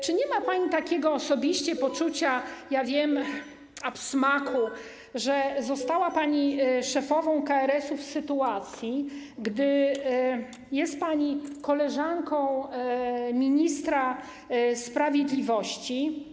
Czy nie ma pani takiego poczucia, czy ja wiem, absmaku, że została pani szefową KRS w sytuacji, gdy jest pani koleżanką ministra sprawiedliwości?